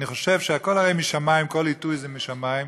אני חושב שהכול הרי משמיים, כל עיתוי זה משמיים.